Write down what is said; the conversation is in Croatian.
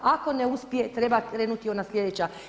Ako ne uspije, treba krenuti ona sljedeća.